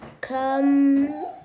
come